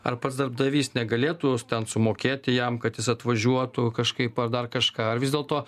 ar pats darbdavys negalėtų ten sumokėti jam kad jis atvažiuotų kažkaip ar dar kažką ar vis dėlto